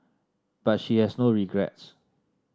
but she has no regrets